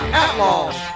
outlaws